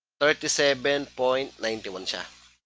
thirty seven point nine but one yeah